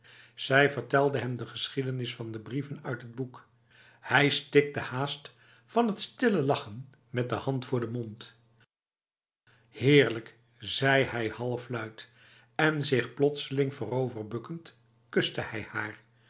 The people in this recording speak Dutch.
zij vertelde hem de geschiedenis van de brieven uit het boek hij stikte haast van het stille lachen met de hand voor de mond heerlij k zei hij halfluid en zich plotseling vooroverbukkend kuste hij haar